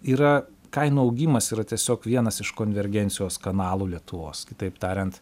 yra kainų augimas yra tiesiog vienas iš konvergencijos kanalų lietuvos kitaip tariant